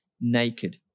naked